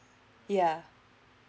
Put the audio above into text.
yeah